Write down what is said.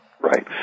Right